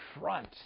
front